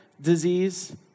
disease